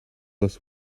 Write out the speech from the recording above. was